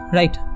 right